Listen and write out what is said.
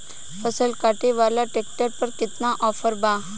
फसल काटे वाला ट्रैक्टर पर केतना ऑफर बा?